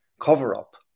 cover-up